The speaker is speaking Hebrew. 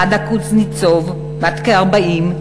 ראדה קוזניצוב, בת כ-40,